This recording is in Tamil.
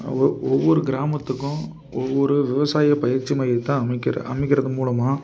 ஒ ஒவ்வொரு கிராமத்துக்கும் ஒவ்வொரு விவசாயம் பயிற்சி மையத்தை அமைக்கிற அமைக்கிறது மூலமாக